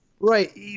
Right